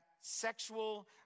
sexual